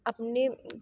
ਆਪਣੇ